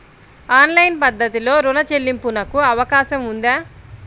Online పద్ధతిలో రుణ చెల్లింపునకు అవకాశం ఉందా?